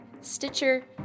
Stitcher